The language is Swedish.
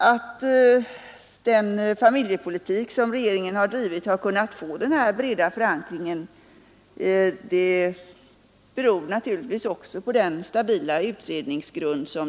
Att den familjepolitik som regeringen drivit har kunnat få denna breda förankring beror naturligtvis också på den stabila utredningsgrunden.